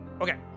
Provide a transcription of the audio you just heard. Okay